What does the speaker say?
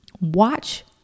Watch